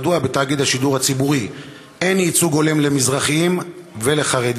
מדוע בתאגיד השידור הציבורי אין ייצוג הולם למזרחים ולחרדים?